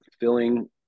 filling